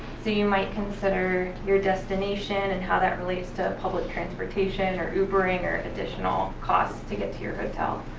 so you might consider your destination and how that relates to public transportation, or ubering, or additional costs to get to your hotel.